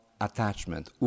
attachment